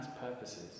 purposes